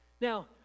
Now